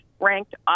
ranked